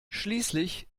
schließlich